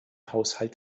haushalt